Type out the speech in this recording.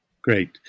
Great